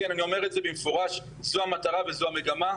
כן, אני אומר את זה במפורש, זו המטרה וזו המגמה.